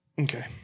Okay